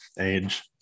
age